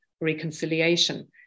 reconciliation